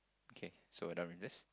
okay so done with this